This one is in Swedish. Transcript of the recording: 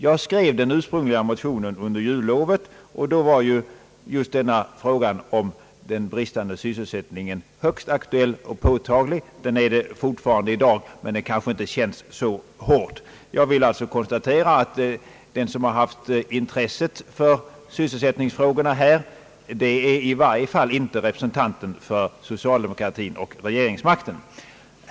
Jag skrev den ursprungliga motionen under jullovet, och då var just frågan om den bristande sysselsättningen i landet högst aktuell och påtaglig. Det är den fortfarande i dag, men läget kanske inte känns så hårt. Jag konstaterar nu att den som haft intresse för sysselsättningsfrågorna i varje fall inte är representanten för socialdemokratin och regeringsmakten.